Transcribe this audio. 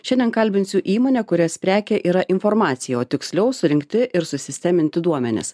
šiandien kalbinsiu įmonę kurios prekė yra informacija o tiksliau surinkti ir susisteminti duomenis